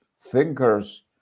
thinkers